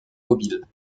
mobiles